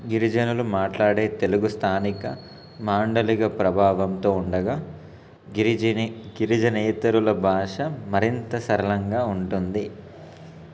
గిరిజనులు మాట్లాడే తెలుగు స్థానిక మాండలిక ప్రభావంతో ఉండగా గిరిజని గిరిజనేతరుల భాష మరింత సరళంగా ఉంటుంది